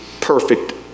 perfect